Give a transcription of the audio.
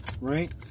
right